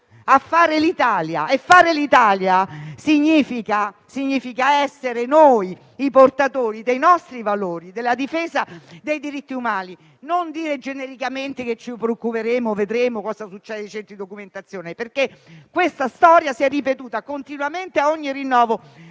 a fare l'Italia; e fare l'Italia significa essere noi i portatori dei nostri valori, della difesa dei diritti umani e non dire genericamente che ci preoccuperemo e che vedremo cosa accade nei centri di detenzione. Questa storia si è ripetuta continuamente a ogni rinnovo